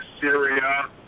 Syria